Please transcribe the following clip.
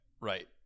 right